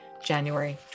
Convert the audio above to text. January